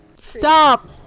Stop